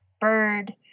bird